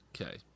Okay